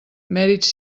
mèrits